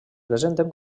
presenten